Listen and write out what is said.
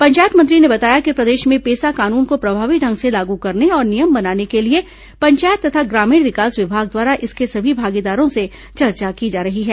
पंचायत मंत्री ने बताया कि प्रदेश में पेसा कानून को प्रभावी ढंग से लागू करने और नियम बनाने के लिए पंचायत तथा ग्रामीण विकास विभाग द्वारा इसके सभी भागीदारों से चर्चा की जा रही है